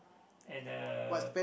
and a